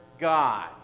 God